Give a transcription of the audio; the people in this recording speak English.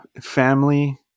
family